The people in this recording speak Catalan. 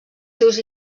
seus